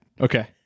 okay